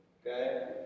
Okay